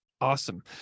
Awesome